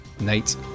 Nate